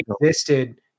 existed